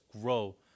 grow